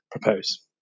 propose